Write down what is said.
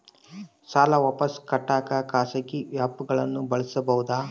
ಸಾಲ ವಾಪಸ್ ಕಟ್ಟಕ ಖಾಸಗಿ ಆ್ಯಪ್ ಗಳನ್ನ ಬಳಸಬಹದಾ?